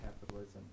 capitalism